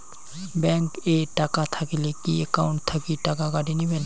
Bank এ টাকা থাকিলে কি একাউন্ট থাকি টাকা কাটি নিবেন?